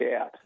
out